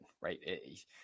Right